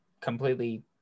completely